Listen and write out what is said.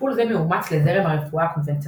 טיפול זה מאומץ לזרם הרפואה הקונבנציונלית.